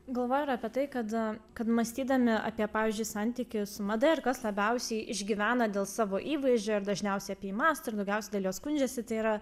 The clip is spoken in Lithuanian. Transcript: galvoju ir apie tai kad kad mąstydami apie pavyzdžiui santykį su mada ir kas labiausiai išgyvena dėl savo įvaizdžio ir dažniausiai apie jį mąsto ir daugiausiai dėl jo skundžiasi tai yra